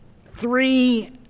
three